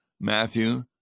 Matthew